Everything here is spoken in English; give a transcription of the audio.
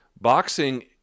Boxing